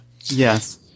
yes